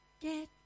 Get